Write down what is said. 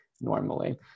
normally